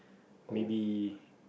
maybe